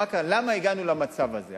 למה הגענו למצב הזה?